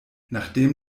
nachdem